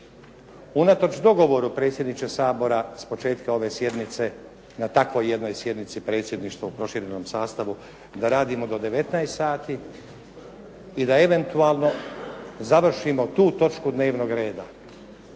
Unatoč dogovoru, predsjedniče Sabora s početka ove sjednice na takvoj jednoj sjednici predsjedništva u proširenom sastavu da radimo do 19 sati i da eventualno završimo tu točku dnevnog reda